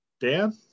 Dan